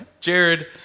Jared